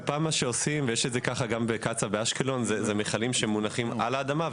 גפ"מ הם מכלים שמונחים על האדמה,